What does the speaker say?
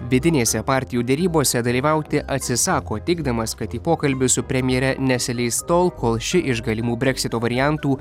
vidinėse partijų derybose dalyvauti atsisako teigdamas kad į pokalbius su premjere nesileis tol kol ši iš galimų breksito variantų